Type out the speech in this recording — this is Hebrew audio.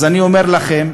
אז אני אומר לכם: